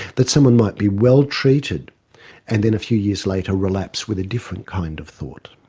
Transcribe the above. but someone might be well treated and then a few years later relapse with a different kind of thought,